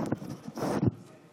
חברי הכנסת,